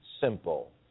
Simple